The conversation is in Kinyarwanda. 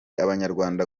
abanyarwanda